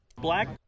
Black